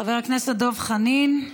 חבר הכנסת דב חנין,